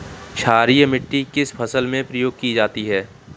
क्षारीय मिट्टी किस फसल में प्रयोग की जाती है?